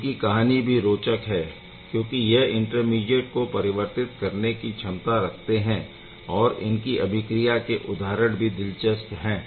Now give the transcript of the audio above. इनकी कहानी भी रोचक है क्योंकि यह इंटरमीडिएट को परिवर्तित करने की क्षमता रखते है और इनकी अभिक्रिया के उदाहरण भी दिलचस्प है